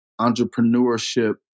entrepreneurship